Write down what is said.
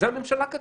הממשלה כתבה.